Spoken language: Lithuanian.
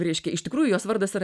reiškia iš tikrųjų jos vardas yra